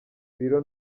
ibiro